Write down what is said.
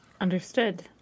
Understood